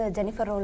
Jennifer